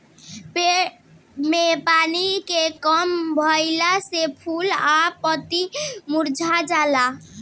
पेड़ में पानी के कम भईला से फूल आ पतई मुरझा जाला